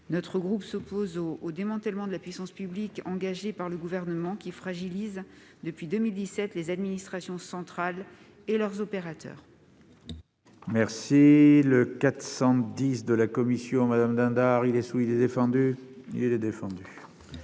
Notre groupe s'oppose au démantèlement de la puissance publique engagée par le Gouvernement, qui fragilise depuis 2017 les administrations centrales et leurs opérateurs.